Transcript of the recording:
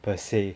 per se